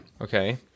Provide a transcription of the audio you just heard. Okay